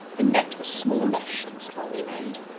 the net was small-meshed and strongly made.